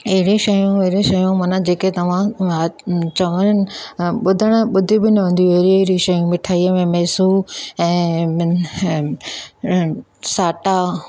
अहिड़ियूं शयूं अहिड़ियूं शयूं माना जेके तव्हां चवणु ॿुधणु ॿुधी बि न हूंदियूं अहिड़ी अहिड़ी शयूं मिठाईअ में मेसू ऐं साटा